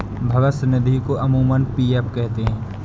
भविष्य निधि को अमूमन पी.एफ कहते हैं